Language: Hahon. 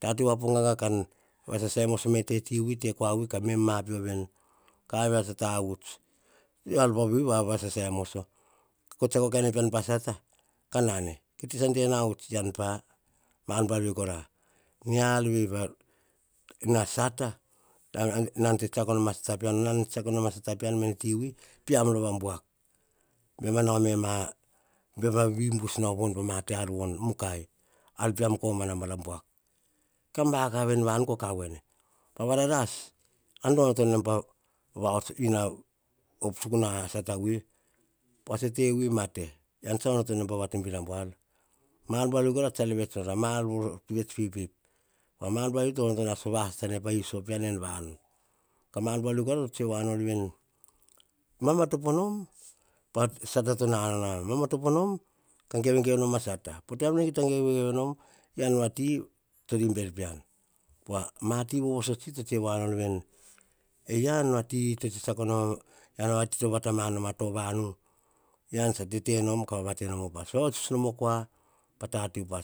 tate po ganga kan va sasai moso te ti vi, te kua vi ka me ma pio ven, ka ar via. tsa tavuts ka tsiako pa wan a sata ka nan. Tive tsa de na uts e yian pa. Mar bua na vi kora. Nia ar vi va na sata nan tsiako nom a sata pean, nan tsiako nom a sata pean me ne ti vi, pean. varam buak baim ma nau me ma, baim ma vibus ma te ar von, mukai, ar peam komana va rambuak. Ka vakav en vanu ka ka wen, pa va ra ras, yian to onoto nem pa op tsuk na sata vi? Pats tse te. vi mate, yian tsa va ono tuem pa vatobin ambuar, mar bua navi kora pa ma vets, pi pip. Ma mar buana vi tsa va sata po kita gevgev nom, yian va ti tson imber. Pean po wa ma ti vovoso tsi to tsue no veni, e yian a ti to tse tsiako nom, yian a ti to vata ma nom to vanu, yian tsa tete nom, ka vavatsuts nom oh kua pa tate pa